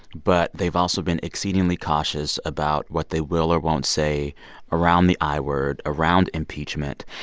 but they've also been exceedingly cautious about what they will or won't say around the i word around impeachment.